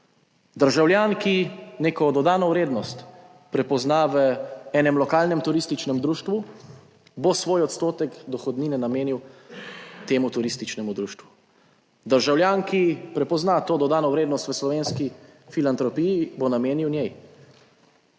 Državljan, ki neko dodano vrednost prepozna v enem lokalnem turističnem društvu, bo svoj odstotek dohodnine namenil temu turističnemu društvu. Državljan, ki prepozna to dodano vrednost v Slovenski filantropiji, bo namenil njej.